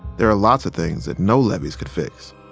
there are lots of things that no levees could fix.